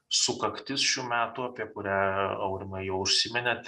sukaktis šių metų apie kurią aurimai jau užsiminėt